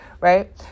Right